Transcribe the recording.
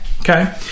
okay